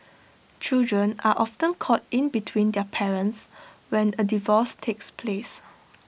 children are often caught in between their parents when A divorce takes place